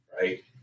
right